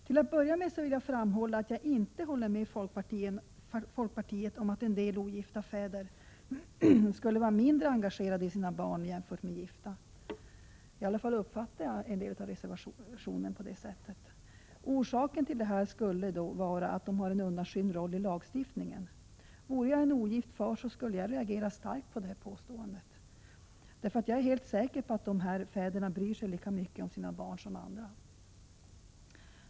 Till att börja med vill jag framhålla att jag inte håller med folkpartiet om att en del ogifta fäder skulle vara mindre engagerade i sina barn än gifta fäder. I alla fall uppfattar jag en del av reservationen på det sättet. Orsaken till detta skulle vara att de ogifta fäderna har en undanskymd roll i lagstiftningen. Vore jag en ogift far skulle jag reagera starkt mot detta påstående. Jag är helt säker på att dessa fäder bryr sig lika mycket om sina barn som andra.